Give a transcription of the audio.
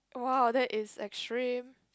!wow! that is extreme